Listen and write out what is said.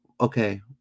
okay